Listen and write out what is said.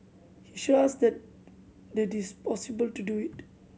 he show us that the it is possible to do it